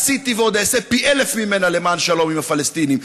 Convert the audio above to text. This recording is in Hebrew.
עשיתי ועוד אעשה פי-אלף ממנה למען שלום עם הפלסטינים,